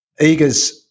Eagers